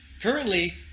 Currently